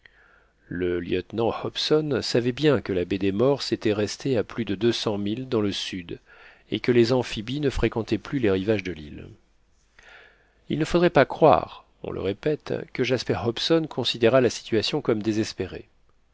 le lieutenant hobson savait bien que la baie des morses était restée à plus de deux cents milles dans le sud et que les amphibies ne fréquentaient plus les rivages de l'île il ne faudrait pas croire on le répète que jasper hobson considérât la situation comme désespérée